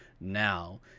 now